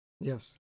yes